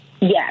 Yes